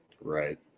Right